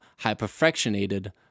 hyperfractionated